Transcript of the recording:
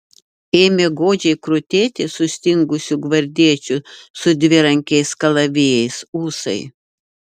ėmė godžiai krutėti sustingusių gvardiečių su dvirankiais kalavijais ūsai